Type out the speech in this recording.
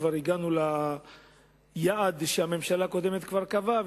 כבר הגענו ליעד שהממשלה הקודמת קבעה,